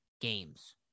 games